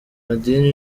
madini